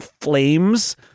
flames